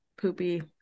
poopy